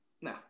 No